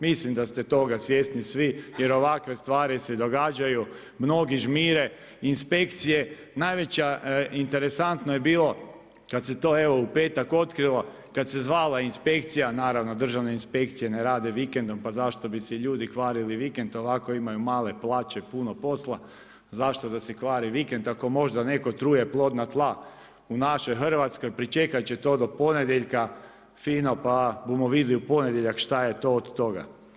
Mislim da ste toga svjesni svi jer ovakve stvari se događaju, mnogi žmire, inspekcije, najveća interesantno je bilo kada se to evo u petak otkrilo, kada se zvala inspekcija, naravno državna inspekcije ne rade vikendom pa zašto bi se ljudi kvarili vikend, ovako imaju male plaće, puno posla, zašto da si kvare vikend, ako možda netko truje plodna tla u našoj Hrvatskoj, pričekati će to do ponedjeljka fino pa budemo vidjeli u ponedjeljak šta je to od toga.